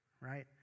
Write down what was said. right